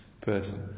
person